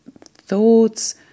thoughts